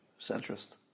Centrist